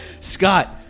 Scott